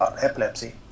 epilepsy